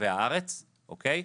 ברחבי הארץ, אוקי?